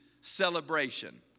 celebration